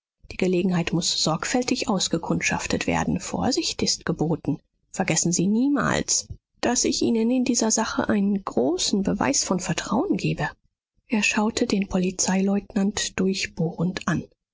die gelegenheit muß sorgfältig ausgekundschaftet werden vorsicht ist geboten vergessen sie niemals daß ich ihnen in dieser sache einen großen beweis von vertrauen gebe er schaute den polizeileutnant durchbohrend an